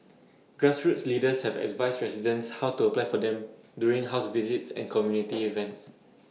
grassroots leaders have advised residents how to apply for them during house visits and community events